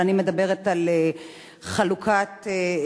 אבל אני מדברת על חלוקה צודקת,